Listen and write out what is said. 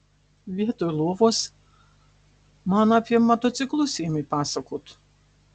vietoj lovos man apie motociklus ėmė pasakot